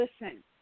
listen